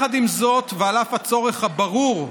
עם זאת, ועל אף הצורך הברור,